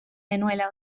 genuela